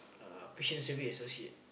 uh patient service associate